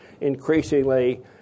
increasingly